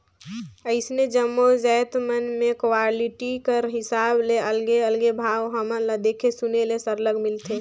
अइसने जम्मो जाएत मन में क्वालिटी कर हिसाब ले अलगे अलगे भाव हमन ल देखे सुने ले सरलग मिलथे